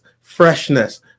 freshness